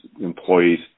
employees